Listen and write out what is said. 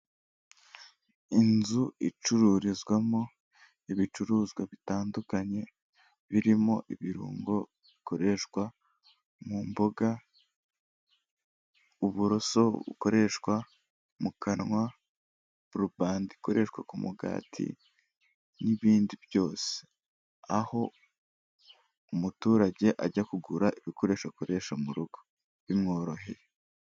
Inzu icururizwamo ibicuruzwa bitandukanye, birimo ibirungo bikoreshwa mu mboga, uburoso bukoreshwa mu kanwa, burubandi ikoreshwa ku mugati, n'ibindi byose. Aho umuturage ajya kugura ibikoresho akoresha mu rugo. Bimworoheye.